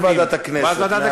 אז יהיה ועדת הכנסת.